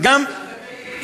וגם, היא יצאה זכאית.